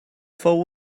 fou